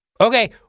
okay